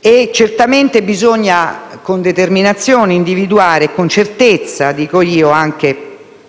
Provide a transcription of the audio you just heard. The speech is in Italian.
e certamente bisogna, con determinazione e - aggiungo - con certezza, individuare